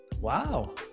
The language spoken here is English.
wow